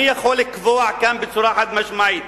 אני יכול לקבוע כאן בצורה חד-משמעית